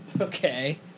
Okay